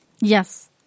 Yes